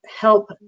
help